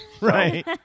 right